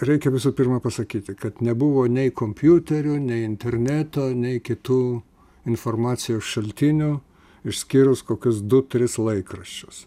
reikia visų pirma pasakyti kad nebuvo nei kompiuterių nei interneto nei kitų informacijos šaltinių išskyrus kokius du tris laikraščius